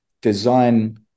design